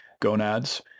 gonads